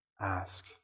Ask